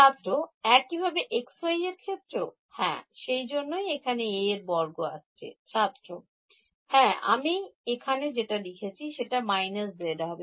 ছাত্র একইভাবে x y এর ক্ষেত্রেও হ্যাঁ সেই জন্যই এখানে A এর বর্গ আসছে হ্যাঁআমি এখানে যেটা লিখেছি সেটা − z হবে